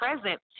present